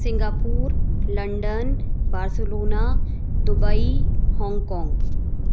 Singapore London Barcelona Dubai Hong Kong